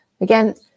Again